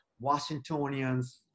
Washingtonians